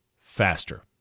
faster